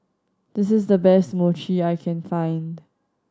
this is the best Mochi I can find